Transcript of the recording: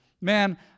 Man